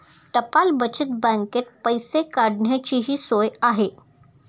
टपाल बचत बँकेत पैसे काढण्याचीही सोय आहे